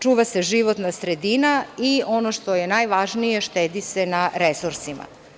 Čuva se životna sredina i, ono što je najvažnije, štedi se na resursima.